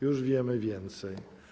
Już wiemy więcej.